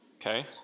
Okay